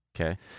Okay